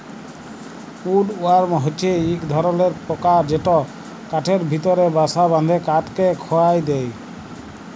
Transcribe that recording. would worm হছে ইক ধরলর পকা যেট কাঠের ভিতরে বাসা বাঁধে কাঠকে খয়ায় দেই